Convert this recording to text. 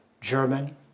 German